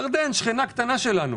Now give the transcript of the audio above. לירדן, שכנה קטנה שלנו,